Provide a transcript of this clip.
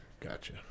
Gotcha